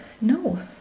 No